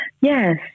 yes